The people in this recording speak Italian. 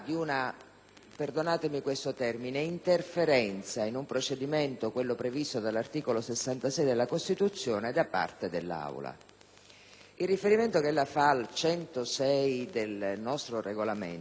perdonatemi questo termine - di una interferenza in un procedimento, quello previsto dall'articolo 66 della Costituzione, da parte dell'Aula. Il riferimento che ella fa all'articolo 106 del nostro Regolamento,